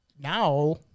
now